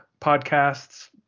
podcasts